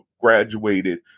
graduated